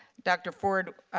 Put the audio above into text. dr. ford,